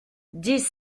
dix